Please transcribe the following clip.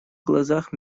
глазах